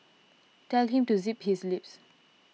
tell him to zip his lips